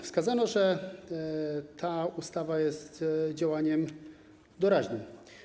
Wskazano, że ta ustawa jest działaniem doraźnym.